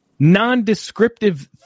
nondescriptive